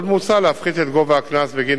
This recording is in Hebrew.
עוד מוצע להפחית את גובה הקנס בגין